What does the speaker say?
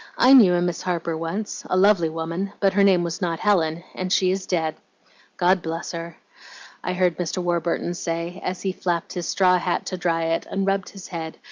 i knew a miss harper once a lovely woman, but her name was not helen, and she is dead god bless her i heard mr. warburton say, as he flapped his straw hat to dry it, and rubbed his head,